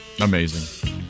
amazing